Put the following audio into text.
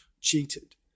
cheated